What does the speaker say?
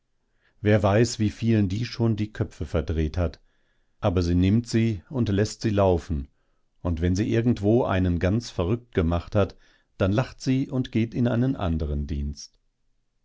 wer weiß wie vielen die schon die köpfe verdreht hat aber sie nimmt sie und läßt sie laufen und wenn sie irgendwo einen ganz verrückt gemacht hat dann lacht sie und geht in einen anderen dienst